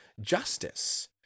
justice